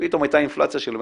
פתאום הייתה אינפלציה של 100%,